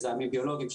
מזהמים ביולוגיים,